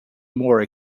more